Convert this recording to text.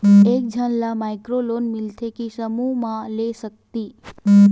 एक झन ला माइक्रो लोन मिलथे कि समूह मा ले सकती?